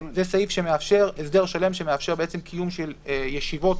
זה סעיף שמאפשר הסדר שלם שמאפשר קיום של ישיבות